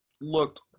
looked